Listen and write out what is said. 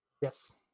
Yes